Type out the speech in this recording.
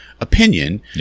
opinion